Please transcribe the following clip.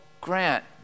grant